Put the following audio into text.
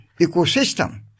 ecosystem